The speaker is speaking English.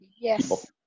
yes